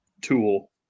tool